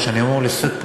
לא מצחיק בעברית.